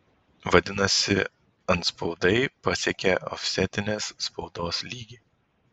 vadinasi antspaudai pasiekė ofsetinės spaudos lygį